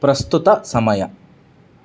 ಪ್ರಸ್ತುತ ಸಮಯ